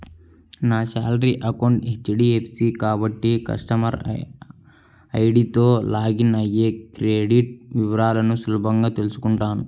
నా salary account HDFC కాబట్టి customer ఐడీతో లాగిన్ అయ్యి క్రెడిట్ వివరాలను సులభంగా తెల్సుకుంటాను